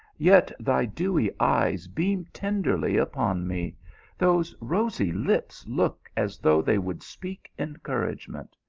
yet thy dewy eyes beam tenderly upon me those rosy lips look as though they would speak encouragement.